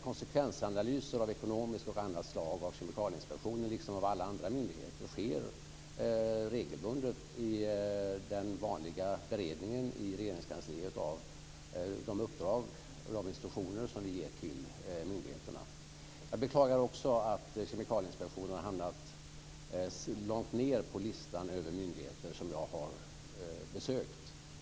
Konsekvensanalyser av ekonomiskt och annat slag när det gäller Kemikalieinspektionen liksom alla andra myndigheter sker regelbundet vid den vanliga beredningen i Regeringskansliet av de uppdrag och instruktioner som vi ger till myndigheterna. Jag beklagar också att Kemikalieinspektionen har hamnat långt ned på den lista över myndigheter som jag har besökt.